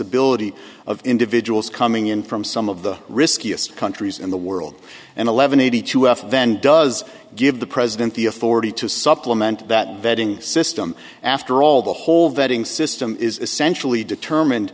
ibility of individuals coming in from some of the riskiest countries in the world and eleven eighty two f then does give the president the authority to supplement that vetting system after all the whole vetting system is essentially determined